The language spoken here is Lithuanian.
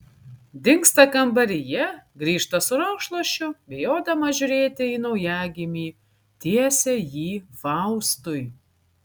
dingsta kambaryje grįžta su rankšluosčiu bijodama žiūrėti į naujagimį tiesia jį faustui